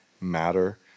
matter